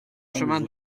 chemin